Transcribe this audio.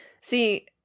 See